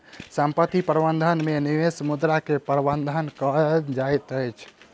संपत्ति प्रबंधन में निवेश मुद्रा के प्रबंधन कएल जाइत अछि